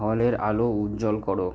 হলের আলো উজ্জ্বল করো